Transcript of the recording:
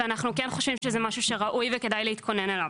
ואנחנו חושבים שזה משהו שראוי וכדאי להתכונן אליו.